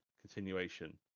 continuation